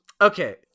Okay